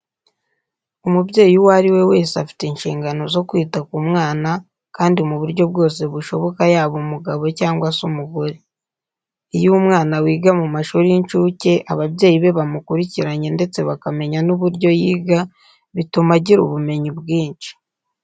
Umubyeyi uwo ari we wese afite inshingano zo kwita ku mwana kandi mu buryo bwose bushoboka yaba umugabo cyangwa se umugore. Iyo umwana wiga mu mashuri y'incuke ababyeyi be bamukurikiranye ndetse bakamenya n'uburyo yiga, bituma agira ubumenyi bwinshi.